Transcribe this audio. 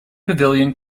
pavilion